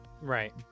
Right